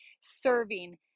serving